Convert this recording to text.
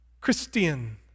Christian